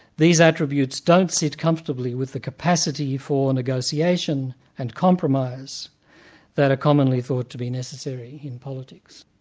these attributes don't sit comfortably with the capacity for negotiation and compromise that are commonly thought to be necessary in politics.